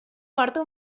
porta